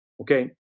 Okay